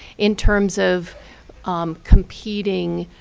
in terms of um competing